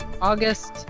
August